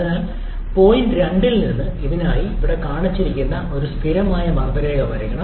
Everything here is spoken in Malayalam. അതിനാൽ പോയിന്റ് 2 ൽ നിന്ന് ഇതിനായി ഇവിടെ കാണിച്ചിരിക്കുന്ന ഒരു സ്ഥിരമായ മർദ്ദ രേഖ വരയ്ക്കണം